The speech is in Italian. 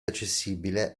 accessibile